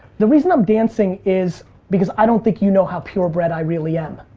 the reason i'm dancing is because i don't think you know how purebred i really am.